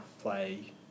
play